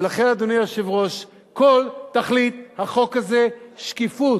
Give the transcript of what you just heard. ולכן, אדוני היושב-ראש, כל תכלית החוק הזה שקיפות,